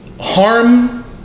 harm